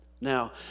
Now